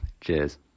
Cheers